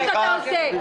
מה שאתה עושה.